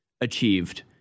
achieved